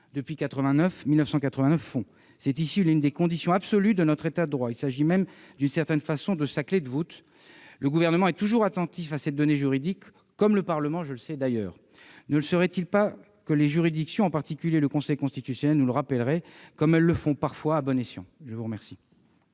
depuis 1989 font. C'est aussi l'une des conditions absolues de notre État de droit. Il s'agit même d'une certaine façon de sa clé de voûte. Le Gouvernement est toujours attentif à ces données juridiques, comme le Parlement d'ailleurs. Il ne le serait pas que les juridictions, en particulier le Conseil constitutionnel, nous rappelleraient à l'ordre, comme elles le font parfois à bon escient. La parole